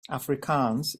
afrikaans